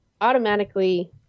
automatically